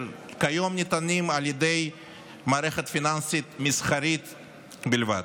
כיום ניתנים על ידי מערכת פיננסית מסחרית בלבד.